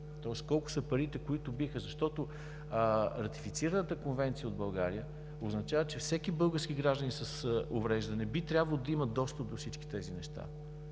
Тоест колко са парите? Защото ратифицираната конвенция от България означава, че всеки български гражданин с увреждане би трябвало да има достъп до всички тези неща.